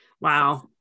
Wow